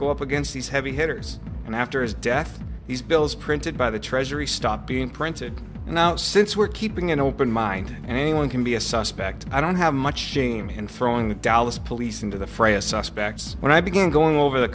go up against these heavy hitters and after his death these bills printed by the treasury stopped being printed and now since we're keeping an open mind and anyone can be a suspect i don't have much shame in throwing the dallas police into the fray as suspects when i began going over the